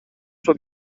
suo